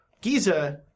Giza